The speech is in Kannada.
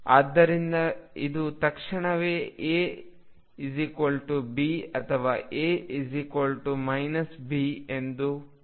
ಆದ್ದರಿಂದ ಇದು ತಕ್ಷಣವೇ ಎ ಬಿ ಅಥವಾ ಎ ಬಿ ಎಂದು ಹೇಳುತ್ತದೆ